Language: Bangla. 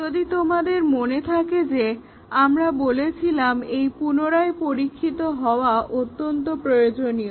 যদি তোমাদের মনে থাকে যে আমরা বলেছিলাম এই পুনরায় পরীক্ষিত হওয়া অত্যন্ত প্রয়োজনীয়